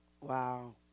Wow